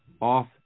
off